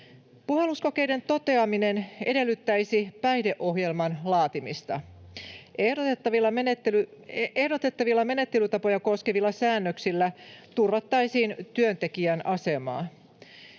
Puhalluskokeiden toteuttaminen edellyttäisi päihdeohjelman laatimista. Ehdotettavilla menettelytapoja koskevilla säännöksillä turvattaisiin työntekijän asemaa.